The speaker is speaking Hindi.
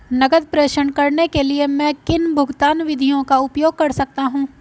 नकद प्रेषण करने के लिए मैं किन भुगतान विधियों का उपयोग कर सकता हूँ?